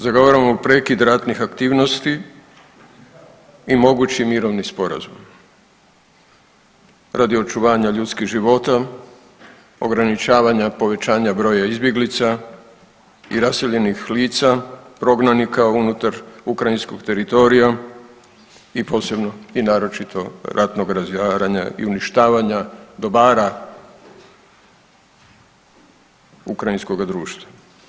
Zagovaramo prekid ratnih aktivnosti i mogući mirovni sporazum radi očuvanja ljudskih života, ograničavanja povećanja broja izbjeglica i raseljenih lica, prognanika unutar ukrajinskog teritorija i posebno i naročito ratnog razaranja i uništavanja dobara ukrajinskoga društva.